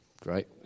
Great